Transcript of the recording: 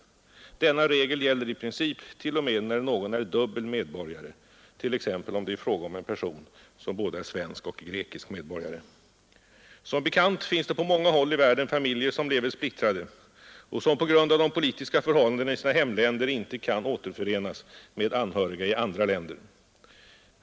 Denna regel gäller i princip t.o.m., när någon är dubbel medborgare, t.ex. om det är fråga om en person som både är svensk och grekisk medborgare, Som bekant finns det på många håll i världen familjer, som lever splittrade och som på grund av de politiska förhållandena i sina hemländer inte kan återförenas med anhöriga i andra länder.